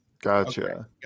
gotcha